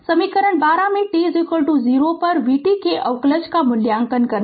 समीकरण 12 में t 0 पर vt के अवकलज का मूल्यांकन करना